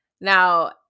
Now